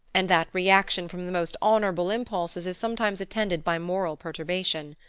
and that reaction from the most honorable impulses is sometimes attended by moral perturbation.